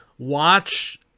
Watch